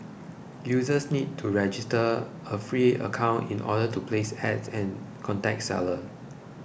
users need to register a free account in order to place Ads and contact seller